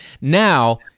Now